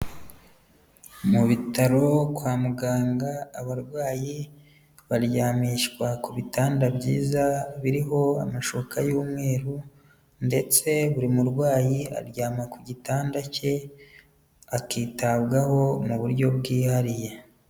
Mu bitaro kwa muganga abarwayi baryamishwa ku bitanda byiza biriho amashuka y'umweru ndetse buri murwayi aryama ku gitanda cye akitabwaho mu buryo bwihariye.